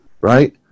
right